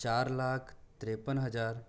चार लाख तिरेपन हज़ार